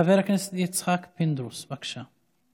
חבר הכנסת יצחק פינדרוס, בבקשה.